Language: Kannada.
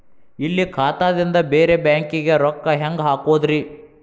ಇಲ್ಲಿ ಖಾತಾದಿಂದ ಬೇರೆ ಬ್ಯಾಂಕಿಗೆ ರೊಕ್ಕ ಹೆಂಗ್ ಹಾಕೋದ್ರಿ?